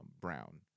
brown